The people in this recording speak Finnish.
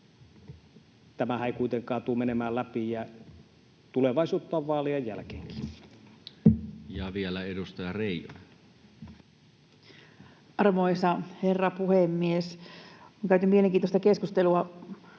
Tämähän ei kuitenkaan tule menemään läpi, ja tulevaisuutta on vaalien jälkeenkin. Ja vielä edustaja Reijonen. Arvoisa herra puhemies! On käyty mielenkiintoista keskustelua